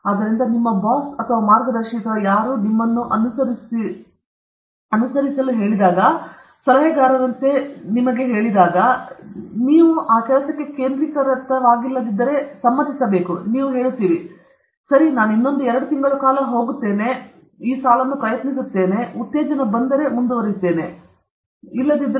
ಆದ್ದರಿಂದ ನಿಮ್ಮ ಬಾಸ್ ಅಥವಾ ಮಾರ್ಗದರ್ಶಿ ಅಥವಾ ಯಾವುದೇ ನೀವು ಏನನ್ನಾದರೂ ಅನುಸರಿಸುತ್ತಿದ್ದರೆ ಸಲಹೆಗಾರರಂತೆ ನಾವು ನಿಮ್ಮ ಕೆಲಸಕ್ಕೆ ಕೇಂದ್ರವಾಗಿಲ್ಲದಿರುವಾಗಲೂ ನಾವು ಸಮ್ಮತಿಸಬೇಕು ನಾವು ಹೇಳುತ್ತೇವೆ ಸರಿ ಇನ್ನೊಂದು ಒಂದು ಅಥವಾ ಎರಡು ತಿಂಗಳು ನಾವು ಹೋಗುತ್ತೇವೆ 39ಮ್ಯಾಟರ್ ನೀವು ಈ ಸಾಲನ್ನು ಪ್ರಯತ್ನಿಸುತ್ತೀರಿ ಇದ್ದಕ್ಕಿದ್ದಂತೆ ಉತ್ತೇಜಕ ಏನೋ ಬಂದಾಗ ನಾವು ಮಾಡಬಹುದು ನಾವು ಆ ಸಾಲಿನಲ್ಲಿ ಮತ್ತಷ್ಟು ಮುಂದುವರಿಸಬಹುದು ಅದು ಸರಿಯೇ